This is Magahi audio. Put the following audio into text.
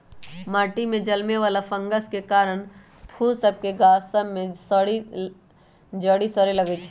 माटि में जलमे वला फंगस के कारन फूल सभ के गाछ सभ में जरी सरे लगइ छै